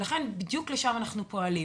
ולכן בדיוק שם אנחנו פועלים.